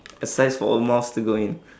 a size for a mouse to go in